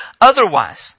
otherwise